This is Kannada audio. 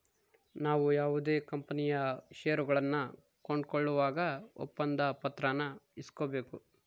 ನಾವು ಯಾವುದೇ ಕಂಪನಿಯ ಷೇರುಗಳನ್ನ ಕೊಂಕೊಳ್ಳುವಾಗ ಒಪ್ಪಂದ ಪತ್ರಾನ ಇಸ್ಕೊಬೇಕು